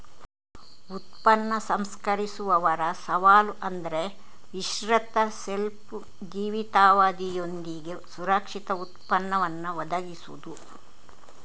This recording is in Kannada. ಉತ್ಪನ್ನ ಸಂಸ್ಕರಿಸುವವರ ಸವಾಲು ಅಂದ್ರೆ ವಿಸ್ತೃತ ಶೆಲ್ಫ್ ಜೀವಿತಾವಧಿಯೊಂದಿಗೆ ಸುರಕ್ಷಿತ ಉತ್ಪನ್ನವನ್ನ ಒದಗಿಸುದು